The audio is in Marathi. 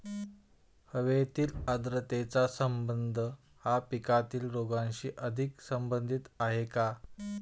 हवेतील आर्द्रतेचा संबंध हा पिकातील रोगांशी अधिक संबंधित आहे का?